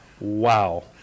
Wow